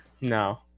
No